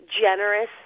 generous